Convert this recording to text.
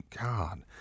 God